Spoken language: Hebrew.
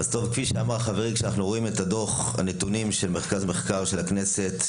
כפי שאמר חברי, תודה לצוות המחקר